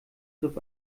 griff